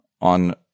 on